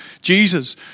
Jesus